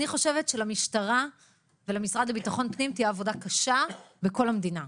אני חושבת שלמשטרה ולמשרד לביטחון הפנים תהיה עבודה קשה בכל המדינה.